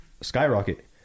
skyrocket